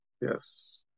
yes